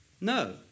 No